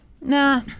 Nah